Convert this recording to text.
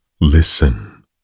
Listen